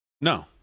No